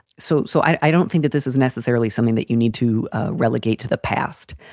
so so i don't think that this is necessarily something that you need to relegate to the past.